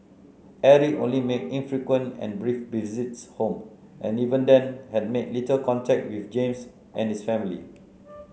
Eric only made infrequent and brief visits home and even then had made little contact with James and his family